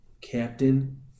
Captain